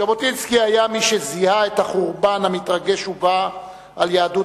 ז'בוטינסקי היה מי שזיהה את החורבן המתרגש ובא על יהדות